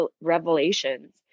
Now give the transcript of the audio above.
revelations